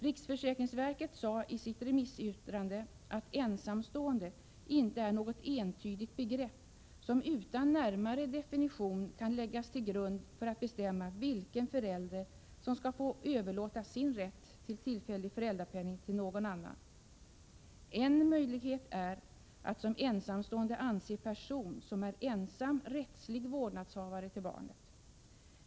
Riksförsäkringsverket sade i sitt remissyttrande att ensamstående inte är något entydigt begrepp som utan närmare definition kan läggas till grund för att bestämma vilken förälder som skall få överlåta sin rätt till tillfällig föräldrapenning till någon annan. En möjlighet är att som ensamstående anse person som är ensam rättslig vårdnadshavare till barnet.